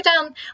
down